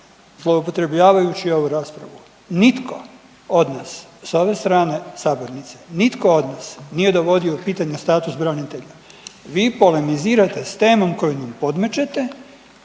zloupotrebljavajući ovu raspravu, nitko od nas s ove strane sabornice, nitko od nas nije dovodio u pitanje status branitelja, vi polemizirate s temom koju nam podmećete